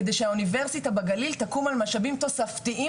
כדי שהאוניברסיטה בגליל תקום על משאבים תוספתיים,